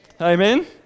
Amen